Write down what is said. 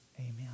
Amen